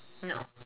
no